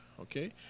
Okay